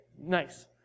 Nice